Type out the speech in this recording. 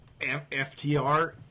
FTR